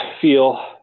feel